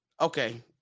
Okay